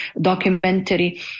documentary